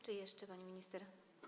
Czy jeszcze coś, pani minister?